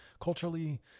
culturally